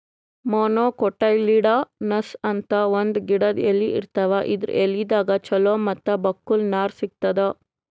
monocotyledonous ಅಂತ್ ಒಂದ್ ಗಿಡದ್ ಎಲಿ ಇರ್ತಾವ ಇದರ್ ಎಲಿದಾಗ್ ಚಲೋ ಮತ್ತ್ ಬಕ್ಕುಲ್ ನಾರ್ ಸಿಗ್ತದ್